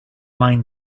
mind